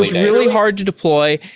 really hard to deploy,